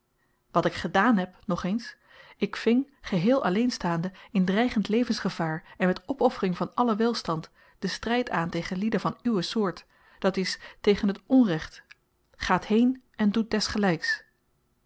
wat ik gedaan heb nogeens ik ving geheel alleen staande in dreigend levensgevaar en met opoffering van allen welstand den stryd aan tegen lieden van uwe soort d i tegen het onrecht gaat heen en doet